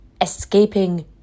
escaping